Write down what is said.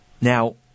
Now